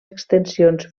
extensions